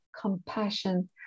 compassion